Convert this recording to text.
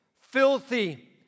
filthy